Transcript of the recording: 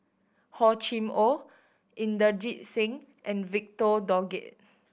Hor Chim Or Inderjit Singh and Victor Doggett